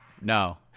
No